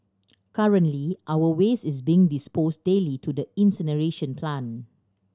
currently our waste is being disposed daily to the incineration plant